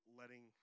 letting